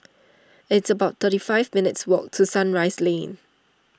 it's about thirty five minutes' walk to Sunrise Lane